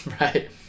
Right